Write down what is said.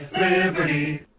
Liberty